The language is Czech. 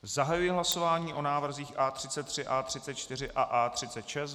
Zahajuji hlasování o návrzích A33, A34 a A36.